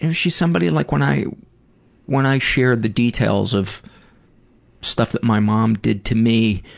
and she's somebody like when i when i shared the details of stuff that my mom did to me,